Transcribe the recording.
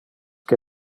que